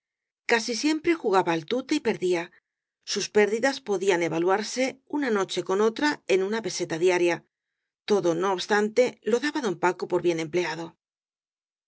casi siempre jugaba al tute y perdía sus pérdidas podían evaluarse una noche con otra en una peseta diaria todo no obstante lo daba don paco por bien empleado